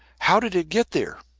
how did it get there?